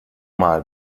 mal